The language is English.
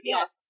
Yes